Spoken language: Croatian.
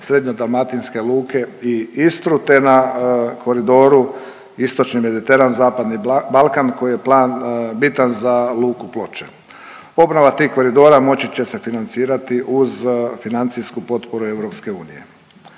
srednjodalmatinske luke i Istru te na koridoru istočni Mediteran-zapadni Balkan koji je plan bitan za luku Ploče. Obnova tih koridora moći će se financirati uz financijsku potporu EU.